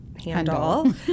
Handle